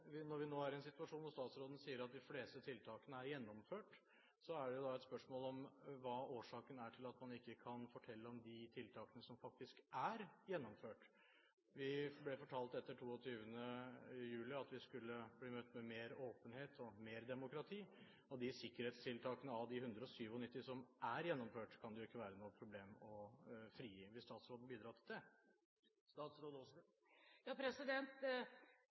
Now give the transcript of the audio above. i den situasjon at statsråden sier at de fleste tiltakene er gjennomført, er det jo et spørsmål hva som er årsaken til at man ikke kan fortelle om de tiltakene som faktisk er gjennomført. Etter 22. juli ble vi fortalt at vi skulle bli møtt med mer åpenhet og mer demokrati, og de sikkerhetstiltakene av de 197 som er gjennomført, kan det jo ikke være noe problem å frigi. Vil statsråden bidra til det?